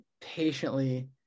patiently